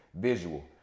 visual